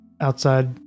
Outside